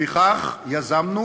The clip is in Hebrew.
לפיכך יזמנו,